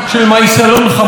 של מייסלון חמוד,